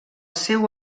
seu